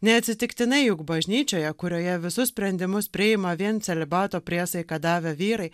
neatsitiktinai juk bažnyčioje kurioje visus sprendimus priima vien celibato priesaiką davė vyrai